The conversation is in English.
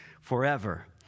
forever